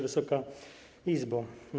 Wysoka Izbo!